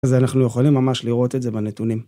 אז אנחנו יכולים ממש לראות את זה בנתונים.